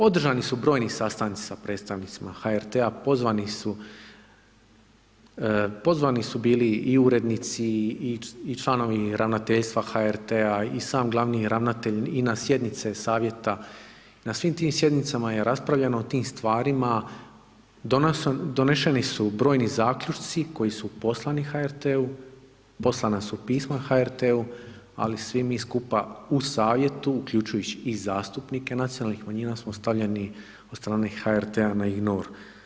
Održani su brojni sastanci sa predstavnicima HRT-a, pozvani su, pozvani su bili i urednici i članovi ravnateljstva HRT-a i sam glavni ravnatelj i na sjednice savjeta, na svim tim sjednicama je raspravljano o tim stvarima, doneseni su brojni zaključci koji su poslani HRT-u, poslana su pisma HRT-u, ali svi mi skupa u savjetu uključujući i zastupnike nacionalnih manjina smo stavljeni od strane HRT na ignor.